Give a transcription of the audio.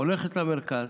הולכת למרכז,